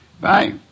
Bye